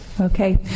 Okay